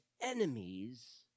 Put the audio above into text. enemies